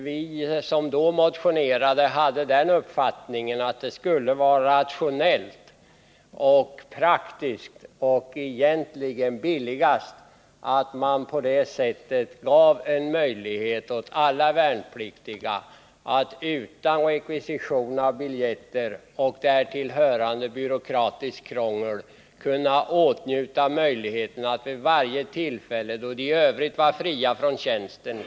Vi som då motionerade om detta hade den uppfattningen att det skulle vara rationellt, praktiskt och egentligen billigast att på det sättet göra det möjligt för alla värnpliktiga att utan rekvisition av biljett med därtill hörande byråkratiskt krångel kunna färdas till sina hemorter vid de tillfällen då de var fria från tjänsten.